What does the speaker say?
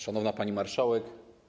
Szanowna Pani Marszałek!